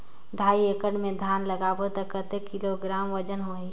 ढाई एकड़ मे धान लगाबो त कतेक किलोग्राम वजन होही?